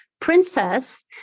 Princess